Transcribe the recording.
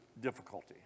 difficulty